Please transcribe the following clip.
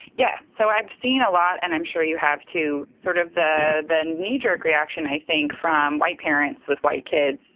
yeah. so i've seen a lot. and i'm sure you have, too. sort of the knee-jerk reaction, i think, from white parents with white kids,